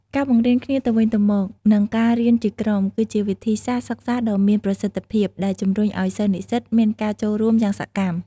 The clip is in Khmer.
ការបង្រៀនគ្នាទៅវិញទៅមក និងការរៀនជាក្រុម គឺជាវិធីសាស្ត្រសិក្សាដ៏មានប្រសិទ្ធភាព ដែលជំរុញឲ្យសិស្សនិស្សិតមានការចូលរួមយ៉ាងសកម្ម។